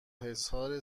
حصار